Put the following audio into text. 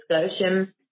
discussion